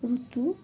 ଋତୁ